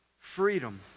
Freedom